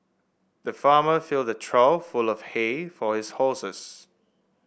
the farmer filled a trough full of hay for his horses